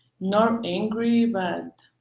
not angry, but